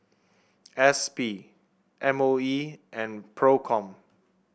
S P M O E and Procom